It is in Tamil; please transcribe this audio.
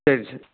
சரி சார்